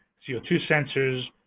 c o two sensors,